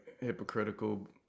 hypocritical